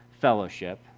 fellowship